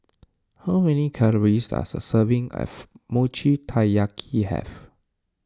how many calories does a serving of Mochi Taiyaki have